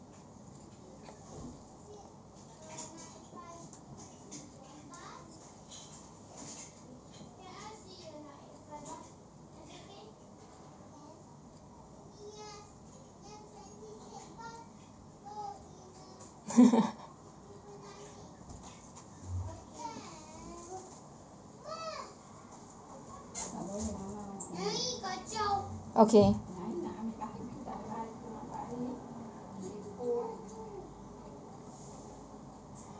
okay